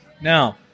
Now